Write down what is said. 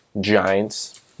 Giants